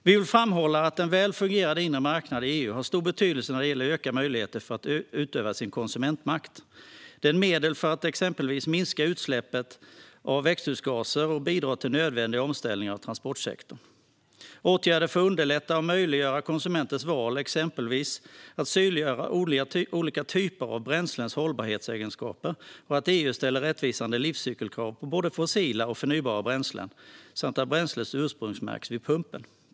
Vi vill framhålla att en väl fungerande inre marknad i EU har stor betydelse när det gäller ökade möjligheter för människor att utöva sin konsumentmakt. Den är ett medel för att exempelvis minska utsläpp av växthusgaser och bidra till den nödvändiga omställningen av transportsektorn. Åtgärder för att underlätta och möjliggöra konsumenters val är exempelvis att synliggöra olika typer av bränslens hållbarhetsegenskaper, att EU ställer rättvisande livscykelkrav på både fossila och förnybara bränslen samt att bränslet ursprungsmärks vid pumpen.